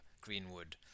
Greenwood